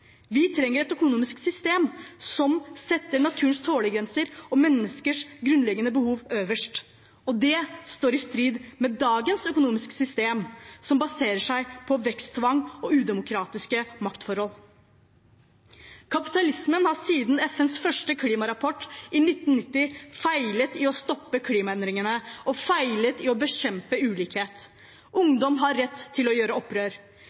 Vi trenger et økonomisk system som setter naturens tålegrenser og menneskers grunnleggende behov øverst. Det står i strid med dagens økonomiske system, som baserer seg på veksttvang og udemokratiske maktforhold. Kapitalismen har siden FNs første klimarapport i 1990 feilet i å stoppe klimaendringene og feilet i å bekjempe ulikhet. Ungdom har rett til å gjøre opprør.